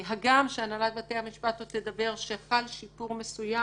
הגם שהנהלת בתי המשפט עוד תדבר שחל שיפור מסוים,